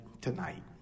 tonight